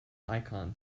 icon